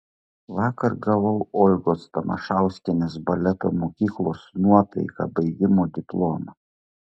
vakar gavau olgos tamašauskienės baleto mokyklos nuotaika baigimo diplomą